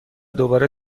دوباره